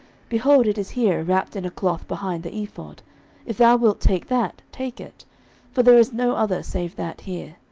behold, it is here wrapped in a cloth behind the ephod if thou wilt take that, take it for there is no other save that here.